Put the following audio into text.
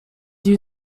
you